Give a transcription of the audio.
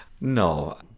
No